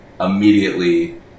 immediately